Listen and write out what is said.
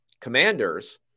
Commanders